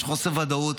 יש חוסר ודאות.